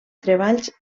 treballs